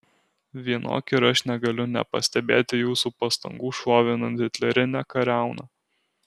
vienok ir aš negaliu nepastebėti jūsų pastangų šlovinant hitlerinę kariauną